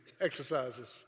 exercises